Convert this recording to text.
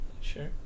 Sure